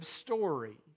story